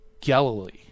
Galilee